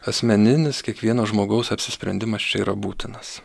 asmeninis kiekvieno žmogaus apsisprendimas čia yra būtinas